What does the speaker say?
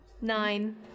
Nine